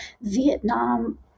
Vietnam